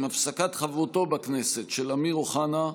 עם הפסקת חברותו בכנסת של אמיר אוחנה,